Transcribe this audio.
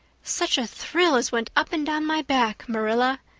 such a thrill as went up and down my back, marilla!